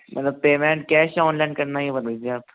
मतलब payment cash या online करना है ये बता दीजिए आप